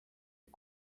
see